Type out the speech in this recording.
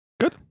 good